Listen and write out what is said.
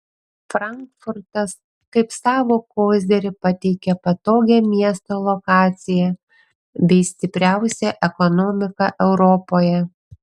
frankfurtas kaip savo kozirį pateikia patogią miesto lokaciją bei stipriausią ekonomiką europoje